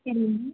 okay అండి